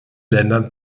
ländern